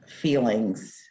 feelings